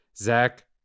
Zach